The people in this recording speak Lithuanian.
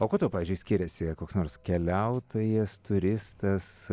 o kuo tu pavyzdžiui skiriasi koks nors keliautojas turistas